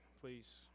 please